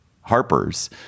Harper's